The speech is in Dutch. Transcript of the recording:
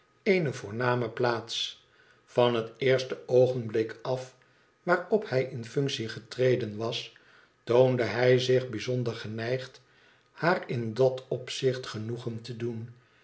eene voorname plaats van het eerste ogenblik af waarop hij in functie getreden was toonde hij zich bijzonder geneigd haar in dat opzicht genoegen te doen